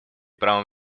правом